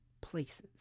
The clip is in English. places